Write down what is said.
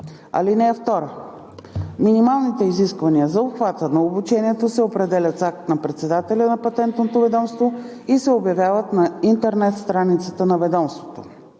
(2) Минималните изисквания за обхвата на обучението се определят с акт на председателя на Патентното ведомство и се обявяват на интернет страницата на ведомството.